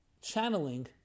channeling